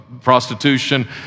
prostitution